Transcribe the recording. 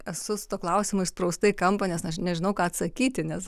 esu su tuo klausimu įsprausta į kampą nes aš nežinau ką atsakyti nes